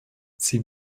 sie